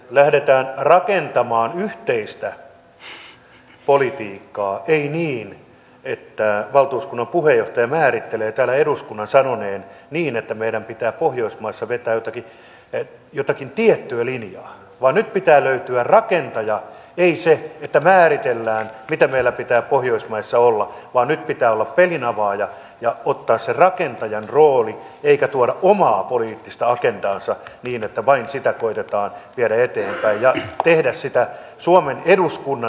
lähdetään rakentamaan yhteistä politiikkaa ei niin että valtuuskunnan puheenjohtaja määrittelee täällä eduskunnan sanoneen niin että meidän pitää pohjoismaissa vetää jotakin tiettyä linjaa vaan nyt pitää löytyä rakentaja ei niin että määritellään mitä meillä pitää pohjoismaissa olla vaan nyt pitää olla pelinavaaja ja ottaa se rakentajan rooli eikä tuoda omaa poliittista agendaansa niin että vain sitä koetetaan viedä eteenpäin ja tehdä sitä suomen eduskunnan nimissä